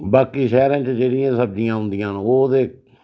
बाकी शैह्रें च जेह्ड़ियां सब्जियां औंदियां ओह् ते